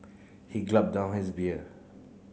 he down his beer